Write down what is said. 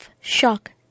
shock